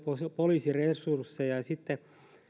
poliisiresursseja ja sitten